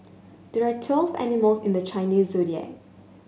there are twelve animals in the Chinese Zodiac